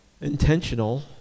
Intentional